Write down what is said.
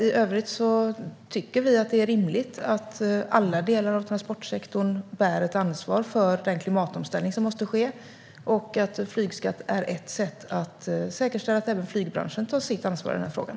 I övrigt tycker vi att det är rimligt att alla delar av transportsektorn bär ett ansvar för den klimatomställning som måste ske och att flygskatt är ett sätt att säkerställa att även flygbranschen tar sitt ansvar i den här frågan.